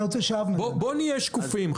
בואו נהיה שקופים.